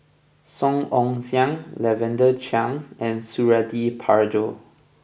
Song Ong Siang Lavender Chang and Suradi Parjo